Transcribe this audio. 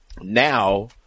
Now